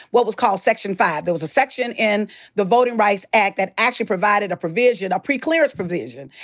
what was called section five. there was a section in the voting rights act that actually provided a provision, a pre-clearance provision.